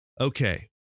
Okay